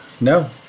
No